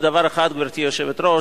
גברתי היושבת-ראש,